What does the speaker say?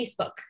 facebook